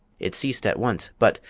it ceased at once but,